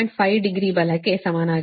5 degree ಬಲಕ್ಕೆ ಸಮಾನವಾಗಿರುತ್ತದೆ